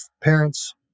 parents